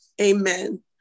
Amen